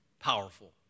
Powerful